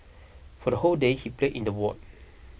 for the whole day he played in the ward